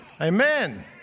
Amen